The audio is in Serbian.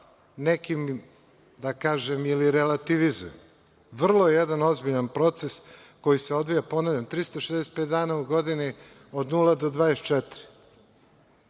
nekim, da kažem, ili relativizuje, vrlo jedan ozbiljan proces koji se odvija. Ponavljam, 365 dana u godini od nula do 24.